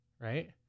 right